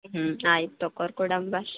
ಹ್ಞೂ ಆಯ್ತು ತಕ್ಕೊರಿ ಕೊಡಂಬ